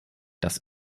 das